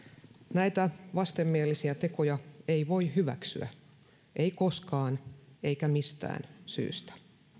näitä vastenmielisiä tekoja ei voi hyväksyä ei koskaan eikä mistään syystä